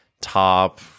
top